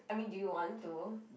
I mean do you want to